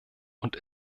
und